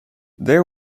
they